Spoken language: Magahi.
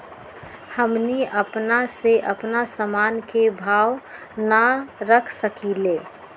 हमनी अपना से अपना सामन के भाव न रख सकींले?